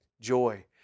joy